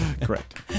Correct